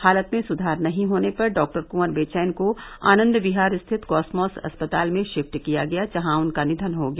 हालत में सुधार नहीं होने पर डॉ कुंवर बेचैन को आनंद विहार स्थित कोसमोस अस्पताल में शिफ्ट किया गया जहां उनका निधन हो गया